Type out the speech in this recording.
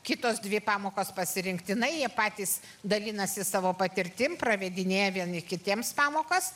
kitos dvi pamokos pasirinktinai jie patys dalinasi savo patirtim pravedinėja vieni kitiems pamokas